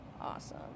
awesome